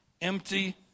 empty